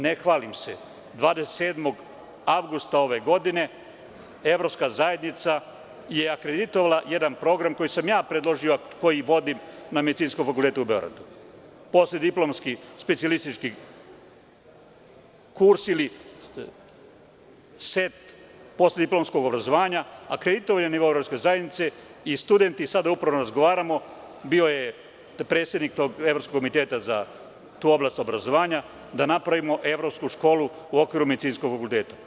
Ne hvalim se, ali 27. avgusta ove godine Evropska zajednica je akreditovala jedan program koji sam ja predložio, a koji vodim na Medicinskom fakultetu u Beogradu, postdiplomski specijalistički kurs ili set postidiplomskog obrazovanja akreditovan je na nivou Evropske zajednice i studenti, upravo sada razgovaramo, bio je predsednik tog Evropskog komiteta za tu oblast obrazovanja, da napravimo tu evropsku školu u okviru Medicinskog fakulteta.